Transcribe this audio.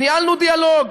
ניהלנו דיאלוג,